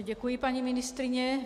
Děkuji, paní ministryně.